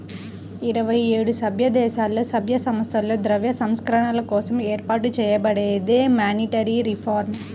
ఇరవై ఏడు సభ్యదేశాలలో, సభ్య సంస్థలతో ద్రవ్య సంస్కరణల కోసం ఏర్పాటు చేయబడిందే మానిటరీ రిఫార్మ్